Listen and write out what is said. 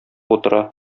утыра